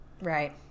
right